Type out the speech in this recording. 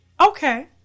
Okay